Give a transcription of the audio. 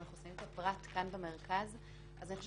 אם אנחנו שמים את הפרט כאן במרכז אז אני חושבת